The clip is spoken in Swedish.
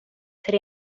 till